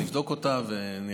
נבדוק אותה ונראה.